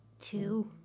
two